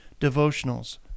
devotionals